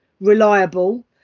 reliable